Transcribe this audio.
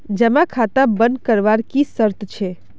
जमा खाता बन करवार की शर्त छे?